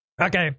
Okay